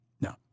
No